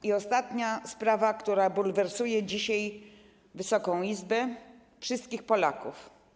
I ostatnia sprawa, która bulwersuje dzisiaj Wysoką Izbę, wszystkich Polaków.